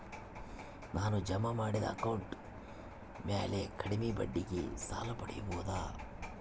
ನಾನು ಜಮಾ ಮಾಡಿದ ಅಕೌಂಟ್ ಮ್ಯಾಲೆ ಕಡಿಮೆ ಬಡ್ಡಿಗೆ ಸಾಲ ಪಡೇಬೋದಾ?